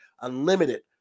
unlimited